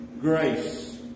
grace